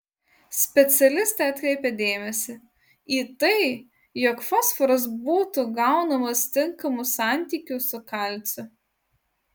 specialistė atkreipia dėmesį į tai jog fosforas būtų gaunamas tinkamu santykiu su kalciu